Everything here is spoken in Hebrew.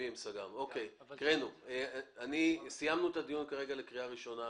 סיימנו את הדיון כרגע לקריאה ראשונה.